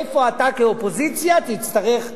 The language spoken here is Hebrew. איפה אתה כאופוזיציה תצטרך לעבוד.